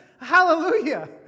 Hallelujah